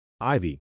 Ivy